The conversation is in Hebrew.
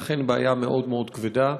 אכן, בעיה מאוד מאוד כבדה.